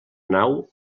nau